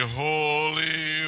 holy